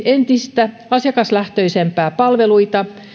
entistä asiakaslähtöisempiä palveluita